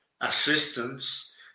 assistance